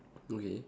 okay